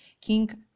King